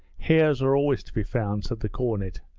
hares are always to be found said the cornet,